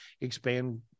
expand